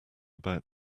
about